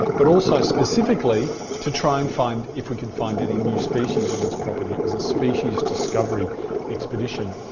but also specifically to try and find if we could find any new species on this property. it was a species discovery expedition.